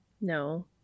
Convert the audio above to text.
No